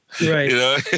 Right